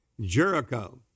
Jericho